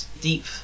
deep